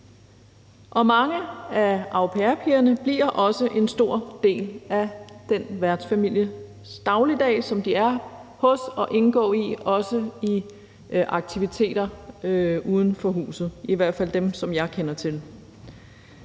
Mange af au pair-pigerne bliver også en stor del af dagligdagen i den værtsfamilie, som de er hos, og de indgår også i aktiviteter uden for huset, i hvert fald dem, som jeg kender til.